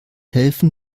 helfen